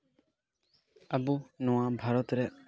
ᱟᱵᱚ ᱱᱚᱣᱟ ᱵᱷᱟᱨᱚᱛ ᱨᱮ